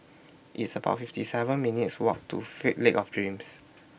It's about fifty seven minutes' Walk to fake Lake of Dreams